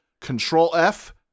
Control-F